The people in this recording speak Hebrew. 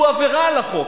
הוא עבירה על החוק.